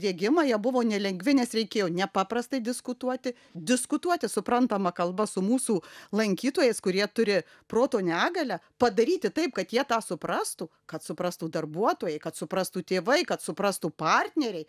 diegimą jie buvo nelengvi nes reikėjo nepaprastai diskutuoti diskutuoti suprantama kalba su mūsų lankytojais kurie turi proto negalią padaryti taip kad jie tą suprastų kad suprastų darbuotojai kad suprastų tėvai kad suprastų partneriai